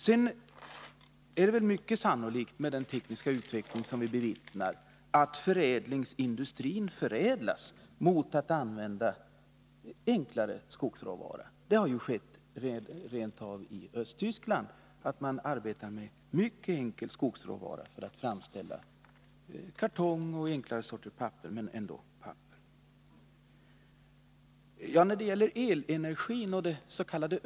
Vidare är det mycket sannolikt med den tekniska utveckling vi bevittnar att förädlingsindustrin kommer att utvecklas i riktning mot att använda enklare skogsråvara. I t.ex. Östtyskland arbetar man med mycket enkel skogsråvara för framställning av kartong och enklare sorters papper. När det gäller elenergin och dets.k.